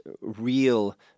real